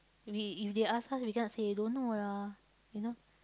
we if they ask us we cannot say don't know lah you know